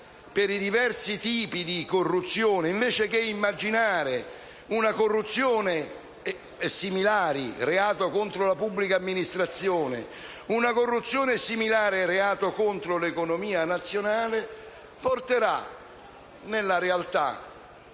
per i diversi tipi di corruzione, invece che immaginare una corruzione (e similari) - reato contro la pubblica amministrazione e una corruzione (e similari) - reato contro l'economia nazionale, porterà nella realtà